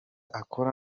akora